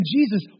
Jesus